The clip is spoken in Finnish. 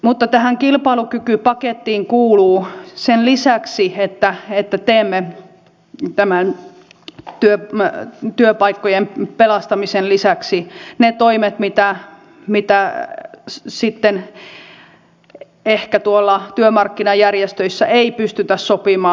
mutta tähän kilpailukykypakettiin kuuluu sen lisäksi että teemme tämän työpaikkojen pelastamisen lisäksi ne toimet mitä sitten ehkä tuolla työmarkkinajärjestöissä ei pystytä sopimaan